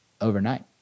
overnight